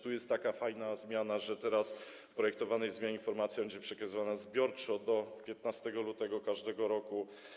Tu jest taka fajna zmiana, że teraz projektowana zmiana informacji będzie przekazywana zbiorczo do 15 lutego każdego roku.